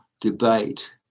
debate